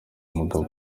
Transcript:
umugabo